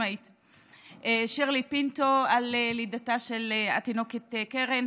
שירלי פינטו, על לידתה של התינוקת כרם.